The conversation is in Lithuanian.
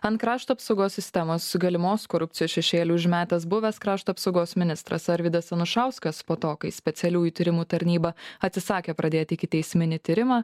ant krašto apsaugos sistemos galimos korupcijos šešėlį užmetęs buvęs krašto apsaugos ministras arvydas anušauskas po to kai specialiųjų tyrimų tarnyba atsisakė pradėt ikiteisminį tyrimą